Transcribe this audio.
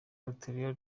auditorium